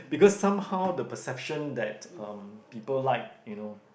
because somehow the perception that um people like you know